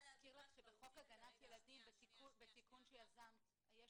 להזכיר לך שבחוק הגנת ילדים בתיקון שיזמת יש